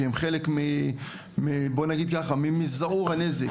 כי הם חלק מבוא נגיד ככה ממזעור הנזק,